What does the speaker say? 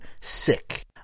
Sick